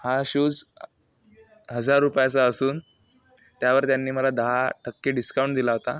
हा शूस हजार रुपयाचा असून त्यावर त्यांनी मला दहा टक्के डिस्काऊंट दिला होता